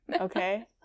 okay